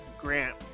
grant